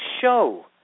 show